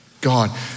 God